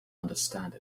understand